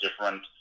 different